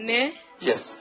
Yes